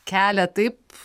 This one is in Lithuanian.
kelią taip